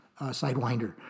sidewinder